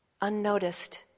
unnoticed